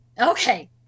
okay